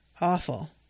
Awful